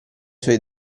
suoi